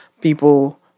people